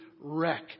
wreck